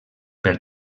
per